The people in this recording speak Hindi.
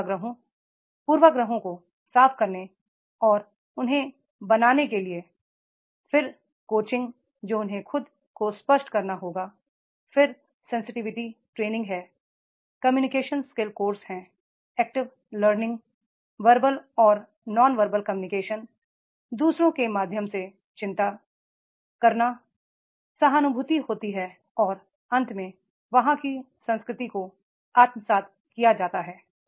पूर्वाग्रहों पूर्वाग्रहों को साफ करने और उन्हें बनाने के लिए फिर कोचिंग जो उन्हें खुद को स्पष्ट करना होगा फिर सेंसटिविटी ट्रे निंग है कम्युनिकेशन स्किल्स कोर्स हैं एक्टिव लिस निंग वर्बल और नॉन वर्बल कम्युनिकेशन दू सरों के माध्यम से चिं ता करना सहानुभूति होती है और अंत में वहां की संस्कृति को आत्मसात किया जाता है